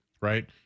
right